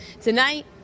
tonight